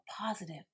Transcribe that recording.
positive